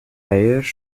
byers